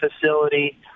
facility